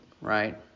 right